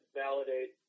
validate